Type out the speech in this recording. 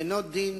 ואין דין